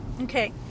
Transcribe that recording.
Okay